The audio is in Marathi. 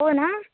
हो ना